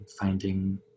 finding